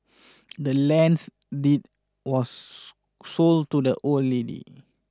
the land's deed was sold to the old lady